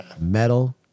Metal